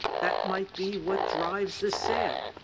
that might be what drives the sale.